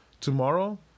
tomorrow